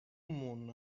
moon